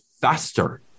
faster